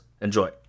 Enjoy